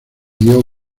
dio